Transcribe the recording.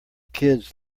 kids